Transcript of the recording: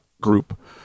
group